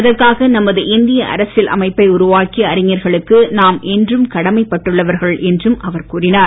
அதற்காக நமது இந்திய அரசியல் அமைப்பை உருவாக்கிய அறிஞர்களுக்கு நாம் என்றும் கடமை பட்டுள்ளவர்கள் என்றும் அவர் கூறினார்